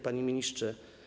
Panie Ministrze!